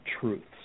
truths